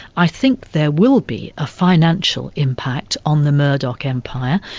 i think there will be a financial impact on the murdoch empire.